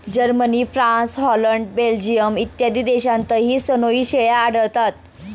Germany, France, Holland, Belgium इत्यादी देशांतही सनोई शेळ्या आढळतात